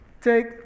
take